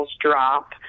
drop